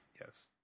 Yes